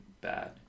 bad